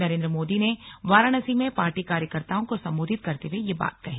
नरेन्द्र मोदी ने वाराणसी में पार्टी कार्यकर्ताओं को संबोधित करते हुए ये बात कही